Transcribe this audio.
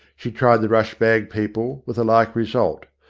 she tried the rush bag people, with a like result.